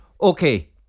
Okay